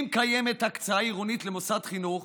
אם קיימת הקצאה עירונית למוסד חינוך